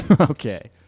Okay